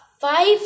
five